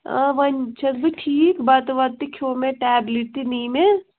آ ؤنۍ چھَس بہٕ ٹھیٖک بَتہٕ وَتہٕ تہِ کھیٚو مےٚ ٹیبلِٹ تہِ نی مےٚ